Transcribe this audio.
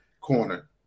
corner